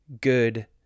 good